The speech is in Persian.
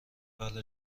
بله